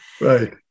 Right